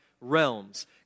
realms